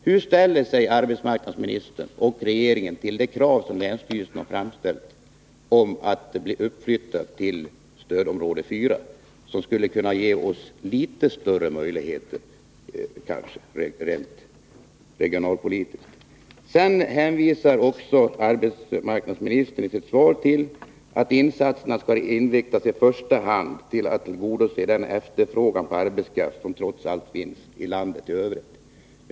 Hur ställer sig arbetsmarknadsministern och regeringen till det krav som länsstyrelsen har framställt om att den här regionen skulle bli uppflyttad till stödområde 4, vilket kanske skulle kunna ge litet större möjligheter regionalpolitiskt? Arbetsmarknadsministern hänvisar i sitt svar också till att insatserna i första hand skall inriktas på att tillgodose den efterfrågan på arbetskraft som trots allt finns i landet i övrigt.